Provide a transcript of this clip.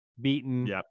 beaten